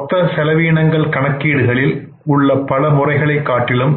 மொத்த செலவினங்கள் கணக்கீடுகளில் உள்ள பல முறைகளைக் காட்டிலும்